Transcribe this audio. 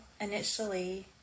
initially